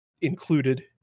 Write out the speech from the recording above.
included